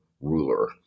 ruler